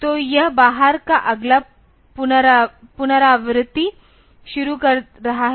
तो यह बाहर का अगला पुनरावृत्ति शुरू कर रहा है